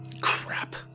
Crap